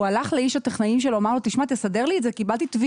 הוא הלך לטכנאי שלו וביקש שיסדר לו את זה כי הוא קיבל תביעה.